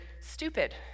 stupid